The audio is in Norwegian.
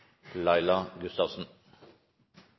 Laila Gustavsen